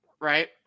right